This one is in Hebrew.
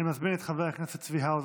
אני מזמין את חבר הכנסת צבי האוזר,